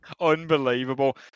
Unbelievable